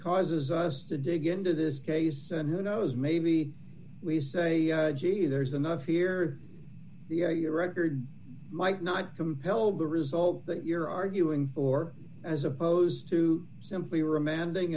causes us to dig into this case and who knows maybe we say gee there's enough here the idea record might not compel the result that you're arguing or as opposed to simply remanding